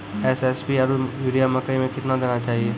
SSP आरु urea मकई मे कितना देना चाहिए?